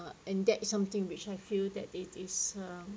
and that is something which I feel that it is um